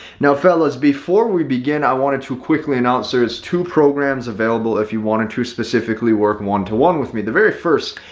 now, fellas, before we begin, i wanted to quickly announce there's two programs available. if you want to specifically work one to one with me the very first,